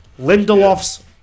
Lindelof's